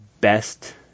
best